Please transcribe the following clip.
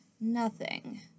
nothing